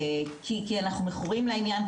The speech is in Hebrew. כי אנחנו מכורים לעניין,